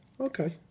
Okay